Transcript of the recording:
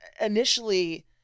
initially